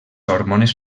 hormones